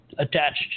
attached